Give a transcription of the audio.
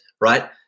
Right